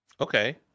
Okay